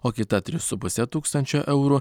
o kita tris su puse tūkstančio eurų